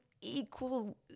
equal